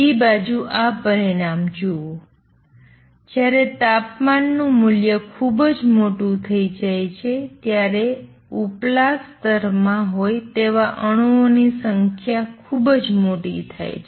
બીજી બાજુ આ પરિણામ જુઓ જ્યારે તાપમાન નું મૂલ્ય ખુબજ મોટું થઈ જાય છે ત્યારે ઉપલા સ્તરમાં હોય તેવા અણુઓની સંખ્યા ખૂબ મોટી થાય છે